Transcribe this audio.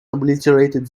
obliterated